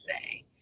say